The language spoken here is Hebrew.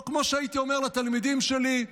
כמו שהייתי אומר לתלמידים שלי,